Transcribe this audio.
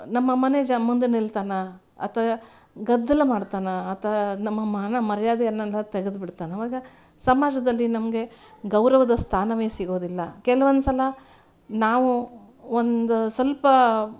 ನಮ್ಮ ಮನೆಜ ಮುಂದೆ ನಿಲ್ತಾನೆ ಆತ ಗದ್ದಲ ಮಾಡ್ತಾನೆ ಆತ ನಮ್ಮ ಮಾನ ಮರ್ಯಾದೆಯನ್ನೆಲ್ಲ ತೆಗೆದ್ಬಿಡ್ತಾನೆ ಆವಾಗ ಸಮಾಜದಲ್ಲಿ ನಮಗೆ ಗೌರವದ ಸ್ಥಾನವೇ ಸಿಗೋದಿಲ್ಲ ಕೆಲವೊಂದ್ಸಲ ನಾವು ಒಂದು ಸ್ವಲ್ಪ